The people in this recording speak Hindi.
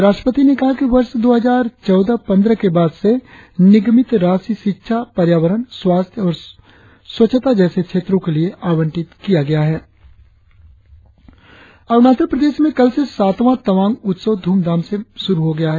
राष्ट्रपति ने कहा कि वर्ष दो हजार चौदह पंद्रह के बाद से निगमित राशि शिक्षा पर्यावरण स्वास्थ्य और स्वच्छता जैसे क्षेत्रों के लिए आवंटित की है अरुणाचल प्रदेश में कल से सातवां तवांग उत्सव ध्रमधाम से शुरु हो गया है